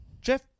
Jeff